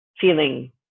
feeling